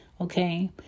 Okay